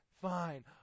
fine